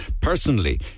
Personally